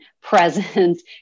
presence